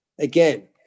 Again